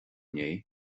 inné